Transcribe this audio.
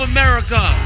America